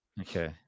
Okay